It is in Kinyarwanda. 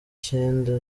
cyenda